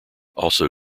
also